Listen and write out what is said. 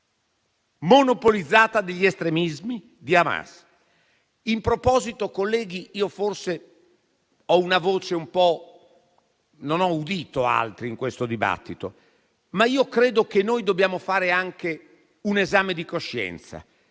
non ho udito altri in questo dibattito, ma io credo che noi dobbiamo fare anche un esame di coscienza.